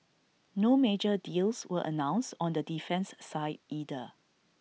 no major deals were announced on the defence side either